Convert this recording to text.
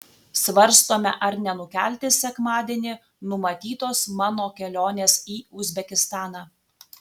svarstome ar nenukelti sekmadienį numatytos mano kelionės į uzbekistaną